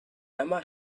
emma